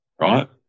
right